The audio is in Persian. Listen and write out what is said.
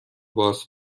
باز